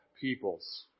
peoples